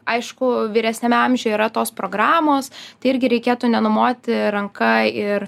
aišku vyresniame amžiuje yra tos programos tai irgi reikėtų nenumoti ranka ir